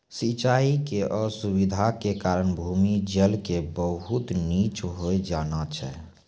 सिचाई के असुविधा के कारण भूमि जल के बहुत नीचॅ होय जाना छै